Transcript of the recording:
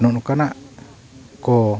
ᱱᱚᱜᱼᱚᱸᱭ ᱱᱚᱝᱠᱟᱱᱟᱜ ᱠᱚ